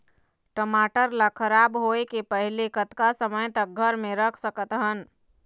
टमाटर ला खराब होय के पहले कतका समय तक घर मे रख सकत हन?